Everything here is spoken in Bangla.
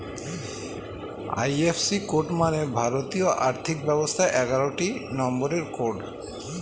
আই.এফ.সি কোড মানে ভারতীয় আর্থিক ব্যবস্থার এগারোটি নম্বরের কোড